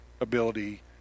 ability